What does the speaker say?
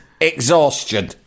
exhaustion